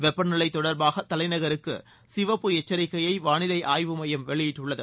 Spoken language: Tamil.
வெப்பநிலை தொடர்பாக தலைநகருக்கு சிவப்பு எச்சரிக்கையை வாவிலை ஆய்வு மையம் வெளியிட்டுள்ளது